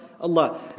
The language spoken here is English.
Allah